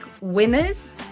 winners